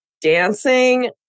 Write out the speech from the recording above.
dancing